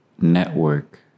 network